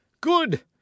good